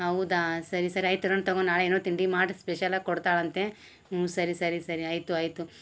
ಹೌದಾ ಸರಿ ಸರಿ ಆಯ್ತು ಇರೋಣ ತೊಗೊ ನಾಳೆ ಏನೋ ತಿಂಡಿ ಮಾಡಿ ಸ್ಪೆಷಲಾಗಿ ಕೊಡ್ತಾಳಂತೆ ಹ್ಞೂ ಸರಿ ಸರಿ ಸರಿ ಆಯಿತು ಆಯಿತು